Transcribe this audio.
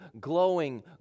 glowing